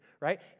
right